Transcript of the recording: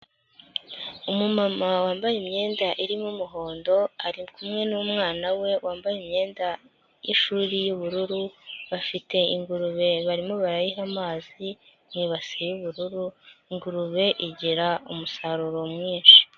Umumama wambaye imyenda irimo umuhondo ari kumwe n'umwana we wambaye imyenda y'ishuri y'ubururu, bafite ingurube barimo barayiha amazi mu ibasi y'ubururu, ingurube igira umusaruro mwinshi.